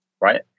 right